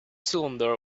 cylinder